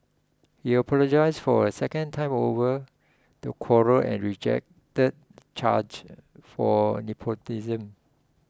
he apologised for a second time over the quarrel and rejected charges for nepotism